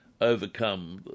overcome